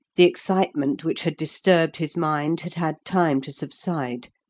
the excitement which had disturbed his mind had had time to subside.